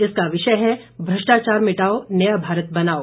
इसका विषय है भ्रष्टाचार मिटाओ नया भारत बनाओ